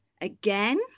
again